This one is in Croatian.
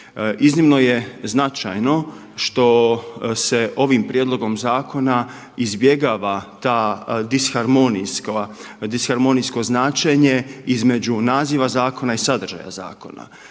Iznimno je značajno što se ovim prijedlogom zakona izbjegava disharmonijsko značenje između naziva zakona i sadržaja zakona,